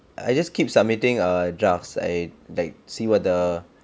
I just keep submitting err drafts I like see what the